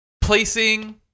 Placing